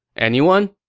anyone?